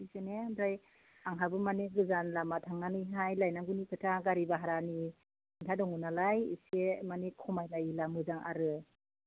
एखे ने ओमफ्राय आंहाबो माने गोजान लामा थांनानैहाय लायनांगौनि खोथा गारि भारानि खोथा दङ नालाय एसे माने खमायलायोब्ला मोजां आरो